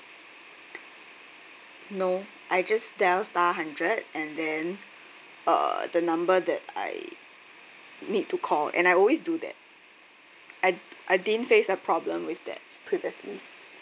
no I just dial star hundred and then uh the number that I need to call and I always do that I I didn't face a problem with that previously